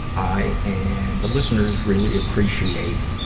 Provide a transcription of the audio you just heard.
i and the listeners really appreciate